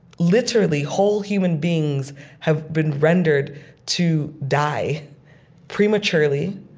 literally, whole human beings have been rendered to die prematurely,